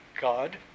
God